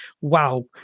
wow